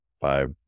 five